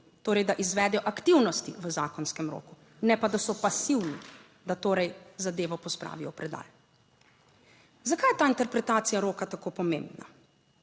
torej, da izvedejo aktivnosti v zakonskem roku, ne pa, da so pasivni, da torej zadevo pospravijo v predal. Zakaj je ta interpretacija roka tako pomembna?